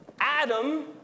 Adam